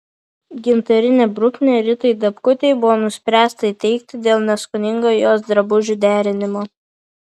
gintarinę bruknę ritai dapkutei buvo nuspręsta įteikti dėl neskoningo jos drabužių derinimo